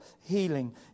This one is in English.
healing